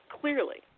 clearly